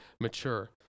Mature